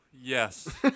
yes